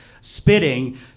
spitting